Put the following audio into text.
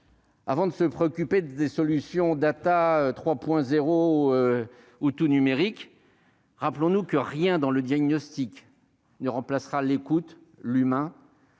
Avant de se préoccuper des solutions Data 3,0. Au tout numérique, rappelons-nous que rien dans le diagnostic ne remplacera l'écoute, l'humain,